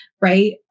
Right